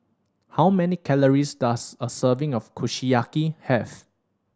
how many calories does a serving of Kushiyaki have